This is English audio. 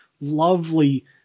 lovely